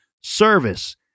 service